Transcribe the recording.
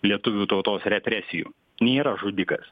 lietuvių tautos represijų nėra žudikas